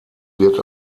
wird